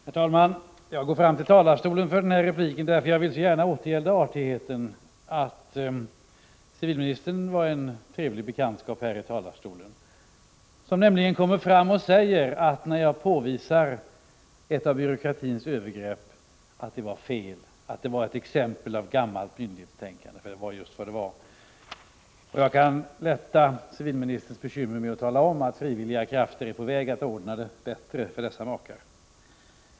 Herr talman! Jag går fram till talarstolen för den här repliken för att jag så gärna vill återgälda civilministerns artighet. Han var en trevlig bekantskap i talarstolen. När jag påvisar ett av byråkratins övergrepp, kommer han fram och säger att det var ett exempel på gammalt myndighetstänkande — och det är just vad det var. Jag kan lätta civilministerns bekymmer genom att tala om att frivilliga krafter är på väg att ordna det bättre för dessa makar.